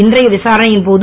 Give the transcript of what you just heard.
இன்றைய விசாரணையின் போது